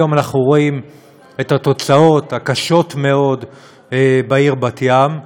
היום אנחנו רואים את התוצאות הקשות-מאוד בעיר בת-ים,